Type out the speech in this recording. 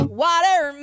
water